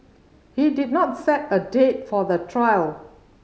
he did not set a date for the trial